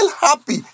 happy